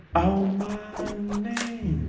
out my name,